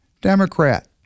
Democrat